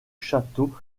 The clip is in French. château